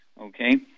okay